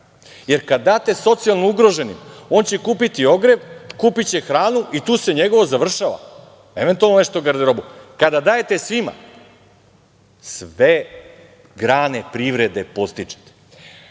sve. Kada date socijalno ugroženim, on će kupiti ogrev, kupiće hranu i tu se njegovo završava, eventualno nešto garderobe. Kada dajete svima, sve grane privrede podstičete. Sada,